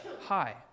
Hi